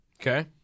Okay